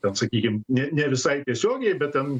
ten sakykim ne ne visai tiesiogiai bet ten